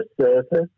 surface